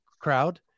crowd